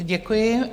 Děkuji.